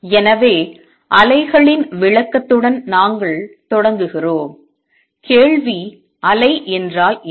எனவே அலைகளின் விளக்கத்துடன் நாங்கள் தொடங்குகிறோம் கேள்வி அலை என்றால் என்ன